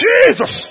Jesus